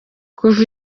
kuva